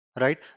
Right